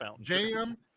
jam